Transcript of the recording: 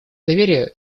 доверие